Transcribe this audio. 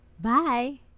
Bye